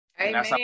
Amen